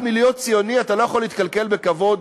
רק מלהיות ציוני אתה לא יכול להתכלכל בכבוד